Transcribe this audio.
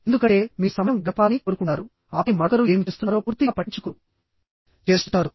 ఎందుకంటే మీరు సమయం గడపాలని కోరుకుంటారు ఆపై మరొకరు ఏమి చేస్తున్నారో పూర్తిగా పట్టించుకోరు చేస్తుంటారు